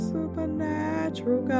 Supernatural